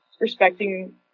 respecting